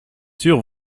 sûr